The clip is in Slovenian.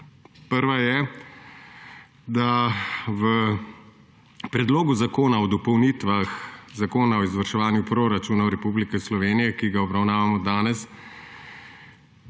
Prva je, da se v Predlogu zakona o spremembah dopolnitvah Zakona o izvrševanju proračunov Republike Slovenije, ki ga obravnavamo danes,